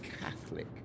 Catholic